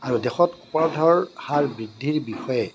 আৰু দেশত হোৱা অপৰাধৰ হাৰ বৃদ্ধিৰ বিষয়ে